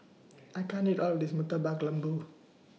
I can't eat All of This Murtabak Lembu